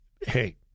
hey